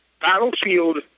battlefield